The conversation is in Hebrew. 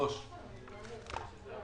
מיום 9